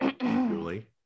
Julie